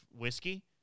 whiskey